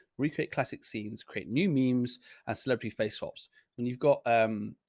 recreate classic scenes, create new memes as celebrity face swaps. and you've got, um,